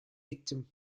gittim